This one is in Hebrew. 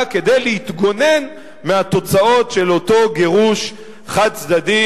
כדי להתגונן מהתוצאות של אותו גירוש חד-צדדי